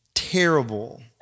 terrible